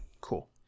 Cool